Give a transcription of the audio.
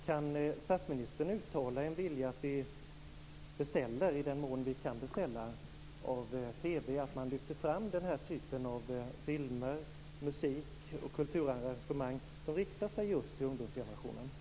Kan statsministern uttala en vilja att TV lyfter fram den här typen av filmer, musik och kulturarrangemang som riktar sig just till ungdomsgenerationen?